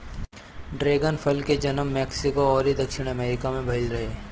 dragon फल के जनम मेक्सिको अउरी दक्षिणी अमेरिका में भईल रहे